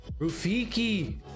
Rufiki